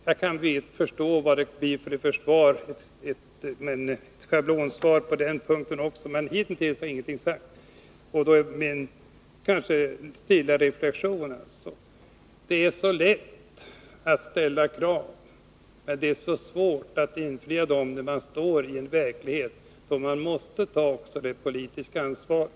Jag kan förstå vilket svar jag får — det finns ett schablonsvar på den punkten också — men hittills har ingenting sagts om detta. Min stilla reflexion är därför: Det är så lätt att ställa krav, men det är så svårt att uppfylla dem i den verklighet där man måste ta det politiska ansvaret.